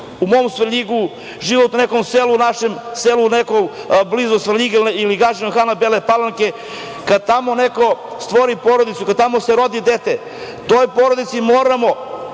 u mom Svrljigu, život u nekom selu našem, u selu blizu Svrljiga ili Gadžinog Hana, Bele Palanke, kada tamo neko stvori porodicu, kada tamo se rodi dete, toj porodici moramo,